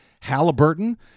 Halliburton